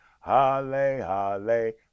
Hallelujah